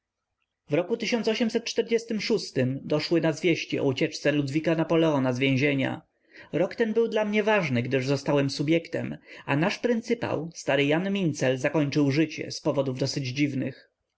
w roku doszły nas wieści o ucieczce ludwika napoleona z więzienia rok ten był dla mnie ważny gdyż zostałem subjektem a nasz pryncypał stary jan mincel zakończył życie z powodów dosyć dziwnych